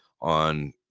on